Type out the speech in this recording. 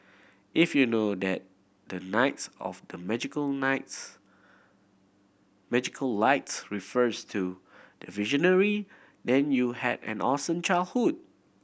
if you know that the knights of the magical nights magical lights refers to the Visionary then you had an awesome childhood